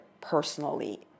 personally